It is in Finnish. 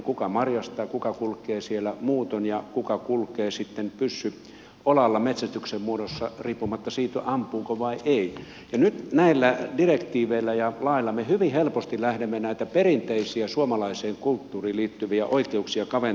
kuka marjastaa kuka kulkee siellä muutoin ja kuka kulkee sitten pyssy olalla metsästyksen muodossa riippumatta siitä ampuuko vai ei ja nyt näillä direktiiveillä ja laeilla me hyvin helposti lähdemme näitä perinteisiä suomalaiseen kulttuuriin liittyviä oikeuksia kaventamaan